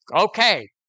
okay